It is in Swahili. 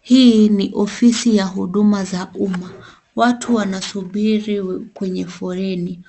Hii ni ofisi ya huduma za umma. Watu wanasubiri kwenye foleni.